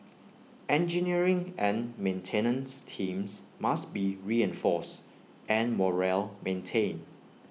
engineering and maintenance teams must be reinforced and morale maintained